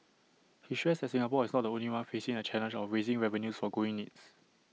he stressed that Singapore is not the only one facing the challenge of raising revenues for growing needs